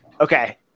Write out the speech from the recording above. Okay